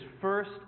first